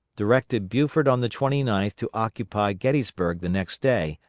directed buford on the twenty ninth to occupy gettysburg the next day,